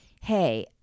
hey